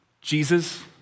Jesus